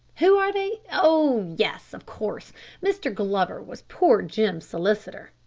who are they? oh yes, of course mr. glover was poor jim's solicitor.